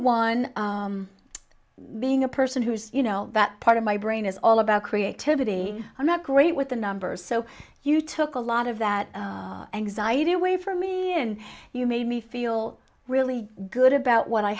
one being a person who has you know that part of my brain is all about creativity i'm not great with the numbers so you took a lot of that anxiety away from me and you made me feel really good about what i